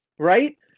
Right